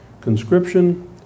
conscription